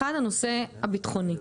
אחד הנושא הביטחוני,